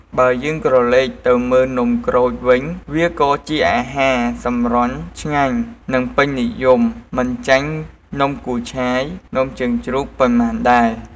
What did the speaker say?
បើយើងក្រឡេកទៅមើលនំក្រូចវិញវាក៏ជាអាហារសម្រន់ឆ្ងាញ់និងពេញនិយមមិនចាញ់ នំគូឆាយ នំជើងជ្រូក ប៉ុន្មានដែរ។